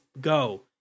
Go